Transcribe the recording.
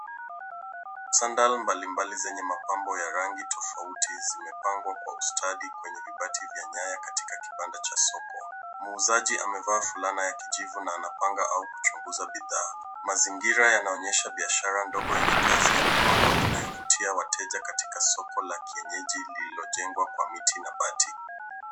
Sadala mbalimbali zenye mapambo ya rangi tofauti zimepangwa kwa ustadi kwenye vibati vya nyaya katika kibanda cha soko. Muuzaji amevaa fulana ya kijivu na anapanga au kuchunguza bidhaa. Mazingira yanaonyesha biashara ndogo yenye kazi ya mikono inayovutia wateja katika soko la kienyeji lililojengwa kwa miti na mabati.